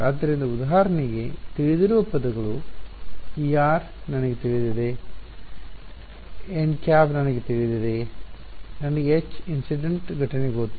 ಆದ್ದರಿಂದ ಉದಾಹರಣೆಗೆ ತಿಳಿದಿರುವ ಪದಗಳು εr ನನಗೆ ತಿಳಿದಿದೆ nˆ ನನಗೆ ಗೊತ್ತು ನನಗೆ Hinc ಘಟನೆ ಗೊತ್ತು